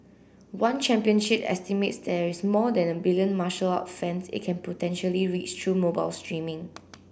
one Championship estimates there is more than a billion martial art fans it can potentially reach through mobile streaming